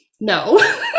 No